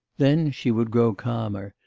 then she would grow calmer,